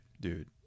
dude